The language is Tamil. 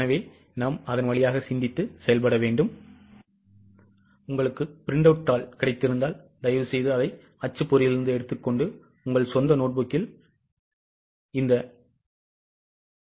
எனவே அதன் வழியாகச் செல்லுங்கள் உங்களுக்கு ப்ரிண்ட் தாள் கிடைத்திருந்தால் அதை அச்சுப்பொறியிலிருந்து எடுத்துக்கொண்டு உங்கள் சொந்த நோட்புக்கில் தொடங்கலாம்